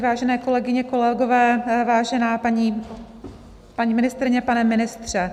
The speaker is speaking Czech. Vážené kolegyně, kolegové, vážená paní ministryně, pane ministře.